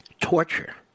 torture